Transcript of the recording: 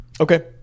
Okay